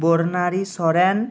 Barnari Soren